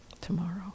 tomorrow